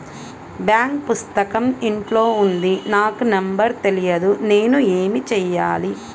Bank పుస్తకం ఇంట్లో ఉంది నాకు నంబర్ తెలియదు నేను ఏమి చెయ్యాలి?